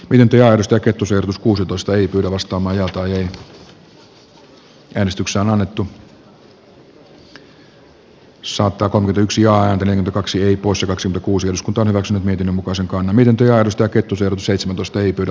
vienti ja risto kettusen kulutusta ei kyllä samaan aikaan hallitus on nyt yksi aaltonen kaksi usa kaksi kuusi osku torrokset miten osinkona miten työllistää kettusen seitsemäntoista ei pyydä